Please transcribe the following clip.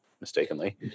mistakenly